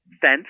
fence